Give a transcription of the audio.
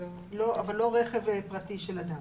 אבל לא רכב פרטי של אדם.